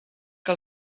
que